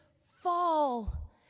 fall